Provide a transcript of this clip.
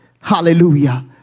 Hallelujah